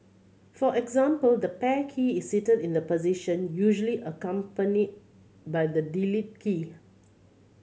for example the Pair key is sited in the position usually accompany by the Delete key